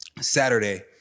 saturday